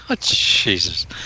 Jesus